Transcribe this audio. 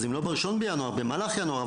אז אם לא באחד בינואר, במהלך ינואר.